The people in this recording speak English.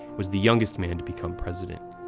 was the youngest man to become president.